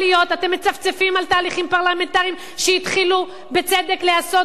אתם מצפצפים על תהליכים פרלמנטריים שהתחילו בצדק להיעשות כאן.